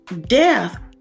death